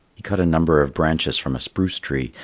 he cut a number of branches from a spruce tree,